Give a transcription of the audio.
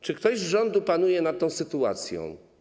Czy ktoś z rządu panuje nad tą sytuacją?